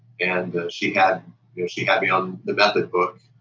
and she had yeah she had me on the method book,